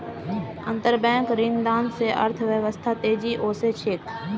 अंतरबैंक ऋणदान स अर्थव्यवस्थात तेजी ओसे छेक